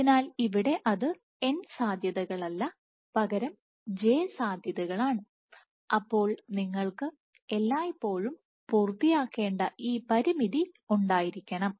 അതിനാൽ ഇവിടെ അത് n സാധ്യതകളല്ല പകരം j സാധ്യതകളാണ് അപ്പോൾ നിങ്ങൾക്ക് എല്ലായ്പ്പോഴും പൂർത്തിയാക്കേണ്ട ഈ പരിമിതി ഉണ്ടായിരിക്കണം